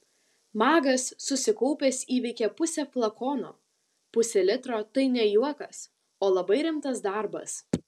magas susikaupęs įveikė pusę flakono pusė litro tai ne juokas o labai rimtas darbas